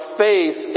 faith